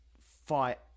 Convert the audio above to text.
fight